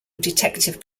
detective